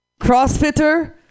crossfitter